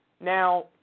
Now